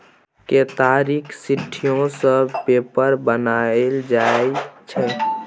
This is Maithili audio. केतारीक सिट्ठीयो सँ पेपर बनाएल जाइ छै